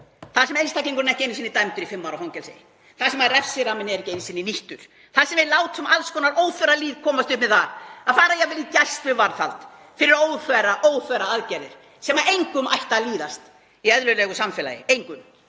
þar sem einstaklingurinn er ekki einu sinni dæmdur í fimm ára fangelsi, þar sem refsiramminn er ekki einu sinni nýttur, þar sem við látum alls konar óþverralýð komast upp með það að fara jafnvel í gæsluvarðhald fyrir óþverraaðgerðir sem engum ætti að líðast í eðlilegu samfélagi, engum.